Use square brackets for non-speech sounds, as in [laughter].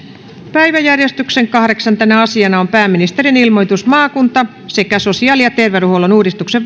päiväjärjestyksen kahdeksantena asiana on pääministerin ilmoitus maakunta sekä sosiaali ja terveydenhuollon uudistuksen [unintelligible]